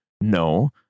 No